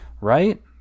right